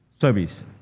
service